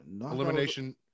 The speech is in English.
Elimination